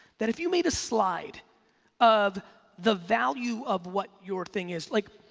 that if you made a slide of the value of what your thing is, like,